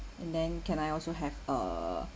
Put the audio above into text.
and then can I also have uh